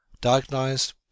diagnosed